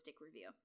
review